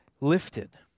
lifted